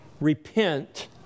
repent